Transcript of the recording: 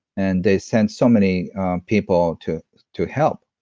and they sent so many people to to help.